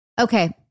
Okay